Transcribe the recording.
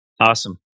Awesome